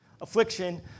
affliction